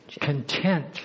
content